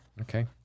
okay